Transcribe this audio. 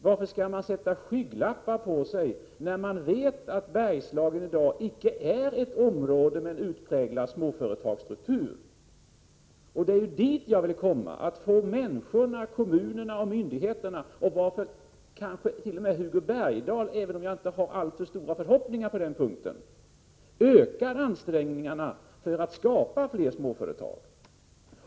Varför skall man sätta skygglappar på sig, när man vet att Bergslagen i dag icke är ett område som har en utpräglad småföretagsstruktur? Det är dit jag vill komma. Jag vill få människorna, kommunerna och myndigheterna och kanske t.o.m. Hugo Bergdahl, även om jag inte har alltför stora förhoppningar på den punkten, att öka ansträngningarna för att skapa flera småföretag.